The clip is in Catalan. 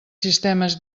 sistemes